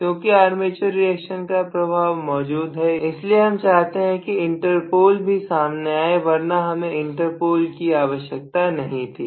क्योंकि armature reaction का प्रभाव मौजूद है इसीलिए हम चाहते हैं कि इंटरपोल भी सामने आए वरना हमें इंटरपोल की कोई आवश्यकता नहीं थी